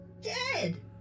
Dead